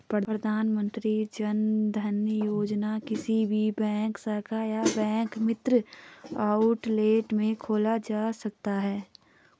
प्रधानमंत्री जनधन योजना किसी भी बैंक शाखा या बैंक मित्र आउटलेट में खोला जा सकता है